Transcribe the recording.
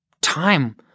Time